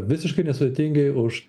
visiškai nesudėtingai už